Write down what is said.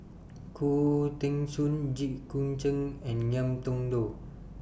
Khoo Teng Soon Jit Koon Ch'ng and Ngiam Tong Dow